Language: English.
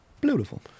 Beautiful